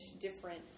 different